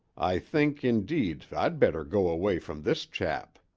i think, indeed, i'd better go away from this chap.